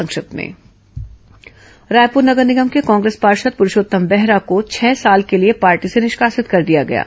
संक्षिप्त समाचार रायपुर नगर निगम के कांग्रेस पार्षद पुरूषोत्तम बेहरा को छह साल के लिए पार्टी से निष्कासित कर दिया गया है